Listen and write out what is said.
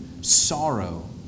sorrow